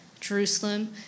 Jerusalem